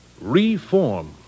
Reform